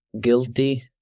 guilty